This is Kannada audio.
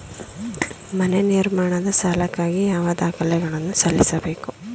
ಮನೆ ನಿರ್ಮಾಣದ ಸಾಲಕ್ಕಾಗಿ ಯಾವ ದಾಖಲೆಗಳನ್ನು ಸಲ್ಲಿಸಬೇಕು?